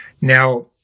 Now